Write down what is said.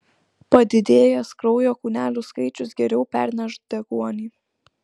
padidėjęs kraujo kūnelių skaičius geriau perneš deguonį